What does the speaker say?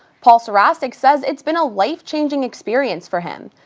paul sracic says it's been a life-changing experience for him.